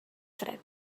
fred